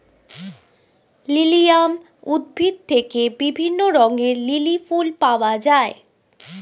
lilium উদ্ভিদ থেকে বিভিন্ন রঙের লিলি ফুল পাওয়া যায়